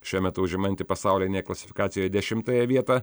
šiuo metu užimanti pasaulinėje klasifikacijoje dešimtąją vietą